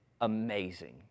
amazing